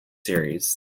series